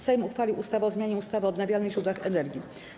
Sejm uchwalił ustawę o zmianie ustawy o odnawialnych źródłach energii.